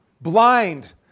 blind